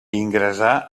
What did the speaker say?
ingressà